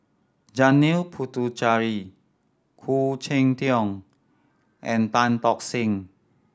Janil Puthucheary Khoo Cheng Tiong and Tan Tock Seng